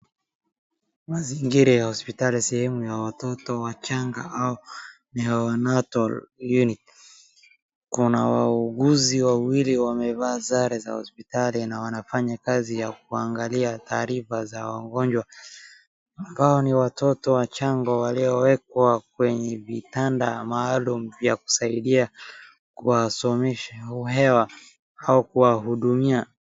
Mazingira ya hospitali, sehemu ya watoto wachanga au ndio natal unit , kuna wauguzi wawili waliovaa sare za hospitali na wanafanya kazi ya kuangalia taarifa za wagonjwa ambao ni watoto wachanga waliowekwa kwenye vitanda maalum vya kusaidia kuwasomesha hewa au kuwahudumia.